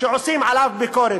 שעושים עליו ביקורת.